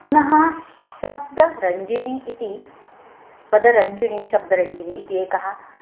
पुनः शब्दरञ्जिनी इति पदरञ्जिनी शब्दरञ्जिनी इति एकः